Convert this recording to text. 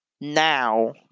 now